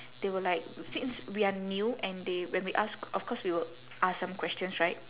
they were like since we are new and they when we ask of course we will ask some questions right